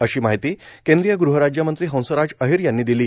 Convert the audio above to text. अशी माहिती केंद्रीय गृहराज्यमंत्री हंसराज अहीर यांनी दिली